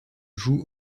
joue